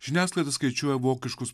žiniasklaida skaičiuoja vokiškus